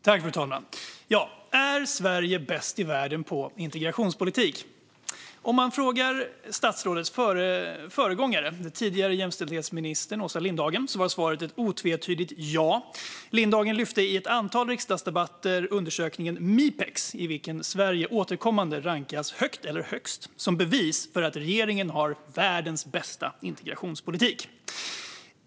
Fru talman! Är Sverige bäst i världen på integrationspolitik? Om man frågade statsrådets föregångare, tidigare jämställdhetsministern Åsa Lindhagen, blev svaret ett otvetydigt ja. Lindhagen lyfte i ett antal riksdagsdebatter fram undersökningen Mipex, i vilken Sverige återkommande rankas högt eller högst, som bevis för att regeringen har världens bästa integrationspolitik.